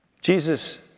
Jesus